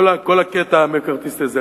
כל הקטע המקארתיסטי הזה.